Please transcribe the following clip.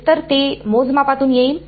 एकतर ते मोजमापातून येईल